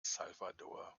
salvador